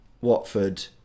Watford